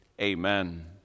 Amen